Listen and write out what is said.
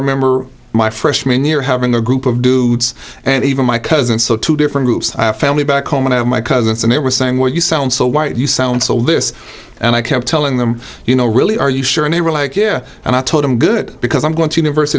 remember my freshman year having a group of dude and even my cousin so two different groups family back home and i know my cousins and they were saying well you sound so white you sound so lis and i kept telling them you know really are you sure and they were like yeah and i told him good because i'm going to university